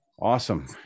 Awesome